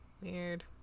Weird